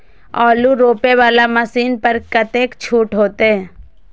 आलू रोपे वाला मशीन पर कतेक छूट होते?